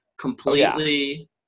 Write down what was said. completely